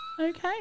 Okay